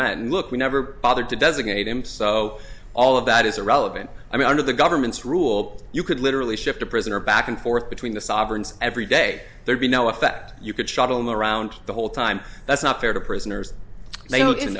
met look we never bothered to designate him so all of that is irrelevant i mean under the government's rule you could literally shift a prisoner back and forth between the sovereigns every day there'd be no effect you could shuttle around the whole time that's not fair to prisoners